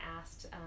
asked